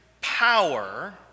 power